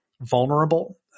vulnerable